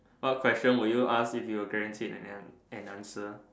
what question will you ask if you are guaranteed an answer